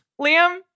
Liam